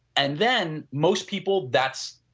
and then most people that's,